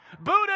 Buddha